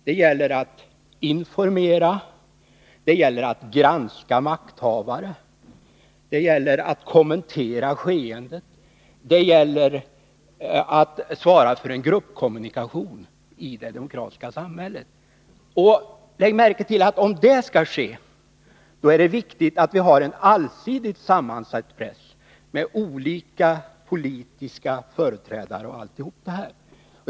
Det gäller att informera, att granska makthavare, att kommentera skeenden, att svara för en gruppkommunikation i det demokratiska samhället. Lägg märke till att om detta skall ske, då är det viktigt att vi har en allsidigt sammansatt press, med bl.a. olika politiska företrädare.